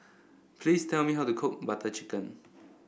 please tell me how to cook Butter Chicken